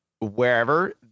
wherever